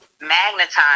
magnetized